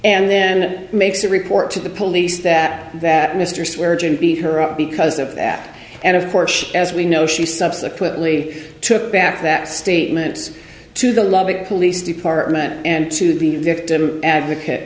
and then makes a report to the police that that mr stewart didn't beat her up because of that and of course as we know she subsequently took back that statement to the lovett police department and to the victim advocate